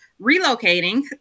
relocating